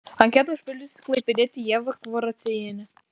anketą užpildžiusi klaipėdietė ieva kvaraciejienė